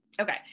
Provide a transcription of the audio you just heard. okay